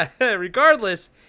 regardless